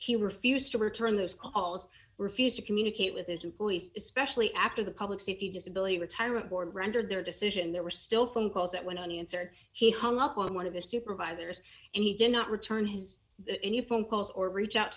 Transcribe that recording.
that he refused to return those calls refused to communicate with his employees especially after the public safety disability retirement board rendered their decision there were still phone calls that went on the answered he hung up on one of the supervisors and he did not return his phone calls or reach out